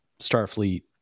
Starfleet